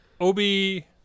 Obi